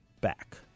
back